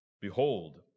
Behold